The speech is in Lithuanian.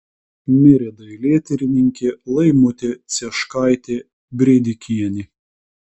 mirė dailėtyrininkė laimutė cieškaitė brėdikienė